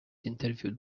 interviewed